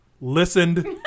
Listened